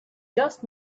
just